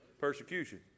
Persecution